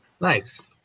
Nice